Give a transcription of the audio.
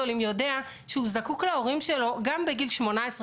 יודע שהוא זקוק להורים שלו גם בגיל 18,